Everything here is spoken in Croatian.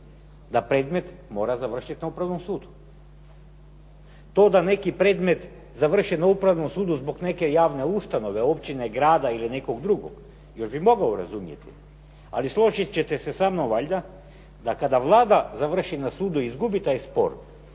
da predmet mora završiti na Upravnom sudu. To da neki predmet završi na Upravnom sudu zbog neke javne ustanove, općine, grada ili nekog drugog, još bih mogao razumjeti, ali složit ćete se sa mnom valjda, da kada Vlada završi na sudu i izgubi taj spor,